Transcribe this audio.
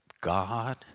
God